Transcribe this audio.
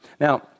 Now